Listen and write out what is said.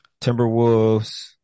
Timberwolves